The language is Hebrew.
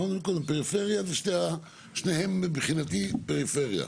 אמרנו מקודם, פריפריה, שניהם מבחינתי זה פריפריה.